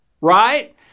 right